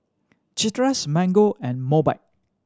Chateraise Mango and Mobike